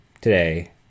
today